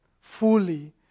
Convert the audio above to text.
fully